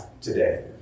today